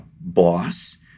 boss